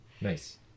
Nice